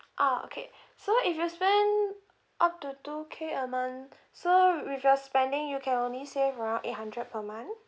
ah okay so if you spend up to two K a month so with your spending you can only save around eight hundred per month